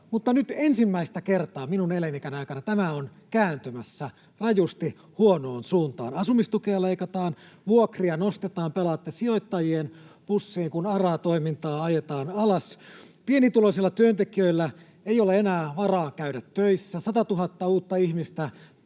Mutta nyt ensimmäistä kertaa minun elinikäni aikana tämä on kääntymässä rajusti huonoon suuntaan. Asumistukea leikataan, vuokria nostetaan, ja pelaatte sijoittajien pussiin, kun ARA-toimintaa ajetaan alas. Pienituloisilla työntekijöillä ei ole enää varaa käydä töissä, ja 100 000 uutta ihmistä